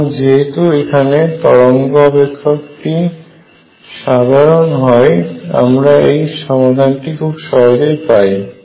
সুতরাং যেহেতু এখানে তরঙ্গ অপেক্ষকটি সাধারণ হয় আমরা এই সমাধানটি খুব সহজেই পায়